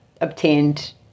obtained